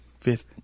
Fifth